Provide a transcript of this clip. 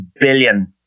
billion